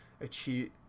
achieve